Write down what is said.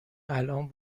الان